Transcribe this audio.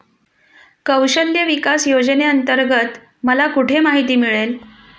कौशल्य विकास योजनेअंतर्गत मला कुठे माहिती मिळेल?